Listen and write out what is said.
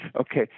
Okay